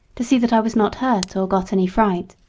to see that i was not hurt or got any fright.